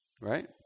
right